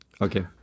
Okay